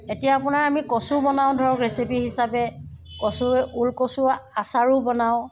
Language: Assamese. এতিয়া আপোনাৰ আমি কচু বনাওঁ ধৰক ৰেচিপি হিচাপে কচুৰ ওলকচুৰ আচাৰো বনাওঁ